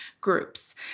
groups